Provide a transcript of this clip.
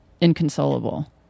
inconsolable